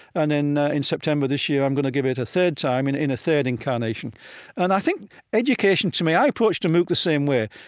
and in in september this year, i'm going to give it a third time in in a third incarnation and i think education, to me i approached the mooc the same way.